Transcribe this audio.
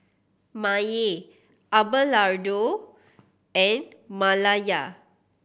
Maye Abelardo and Malaya